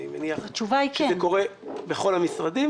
אני מניח שזה קורה בכל המשרדים.